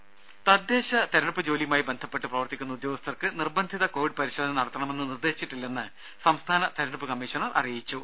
ദ്ദേ തദ്ദേശ തിരഞ്ഞെടുപ്പ് ജോലിയുമായി ബന്ധപ്പെട്ട് പ്രവർത്തിക്കുന്ന ഉദ്യോഗസ്ഥർക്ക് നിർബന്ധിത കോവിഡ് പരിശോധന നടത്തണമെന്ന് നിർദ്ദേശിച്ചിട്ടില്ലെന്ന് സംസ്ഥാന തിരഞ്ഞെടുപ്പ് കമ്മീഷണർ അറിയിച്ചു